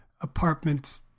apartment